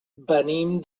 venim